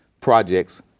projects